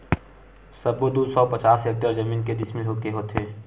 सबो दू सौ पचास हेक्टेयर जमीन के डिसमिल होथे?